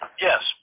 Yes